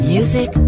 Music